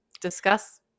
discuss